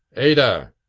ada!